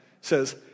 says